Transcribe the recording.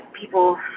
people